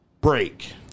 break